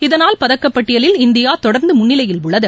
இதனால் பதக்கப் பட்டியலில் இந்தியா தொடர்ந்து முன்னிலையில் உள்ளது